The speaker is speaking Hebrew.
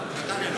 שאלה.